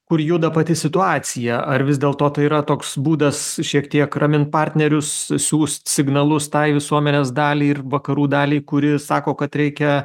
kur juda pati situacija ar vis dėlto tai yra toks būdas šiek tiek ramint partnerius siųst signalus tai visuomenės daliai ir vakarų daliai kuri sako kad reikia